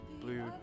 Blue